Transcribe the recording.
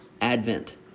Advent